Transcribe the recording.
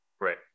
Right